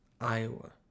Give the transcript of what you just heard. Iowa